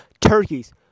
turkeys